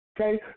Okay